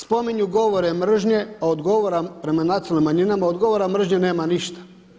Spominju govore mržnje, a od govora prema nacionalnim manjinama, od govora mržnje nema ništa.